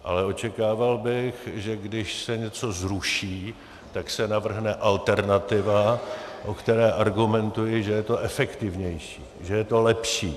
Ale očekával bych, že když se něco zruší, tak se navrhne alternativa, o které argumentuji, že je to efektivnější, že je to lepší.